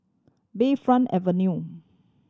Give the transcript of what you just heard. Bayfront Avenue